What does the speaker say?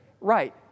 Right